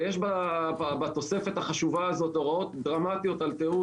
יש בתוספת החשובה הזאת הוראות דרמטיות על תיעוד